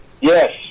Yes